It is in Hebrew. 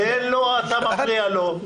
תן לו, אתה מפריע לו.